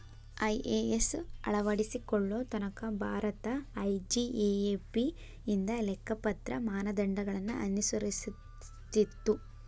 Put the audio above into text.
IAS ಅಳವಡಿಸಿಕೊಳ್ಳೊ ತನಕಾ Bharat IGAAP ಇಂದ ಲೆಕ್ಕಪತ್ರ ಮಾನದಂಡಗಳನ್ನ ಅನುಸರಿಸ್ತಿತ್ತು